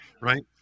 right